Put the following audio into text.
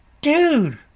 dude